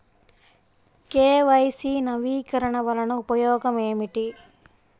KYC నవీకరణ వలన ఉపయోగం ఏమిటీ?